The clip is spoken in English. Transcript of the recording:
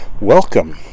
welcome